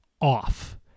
off